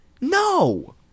No